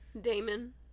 Damon